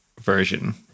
version